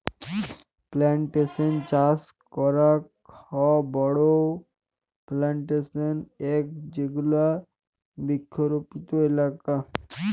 plantation চাস করাক হ বড়ো প্লানটেশন এ যেগুলা বৃক্ষরোপিত এলাকা